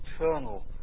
eternal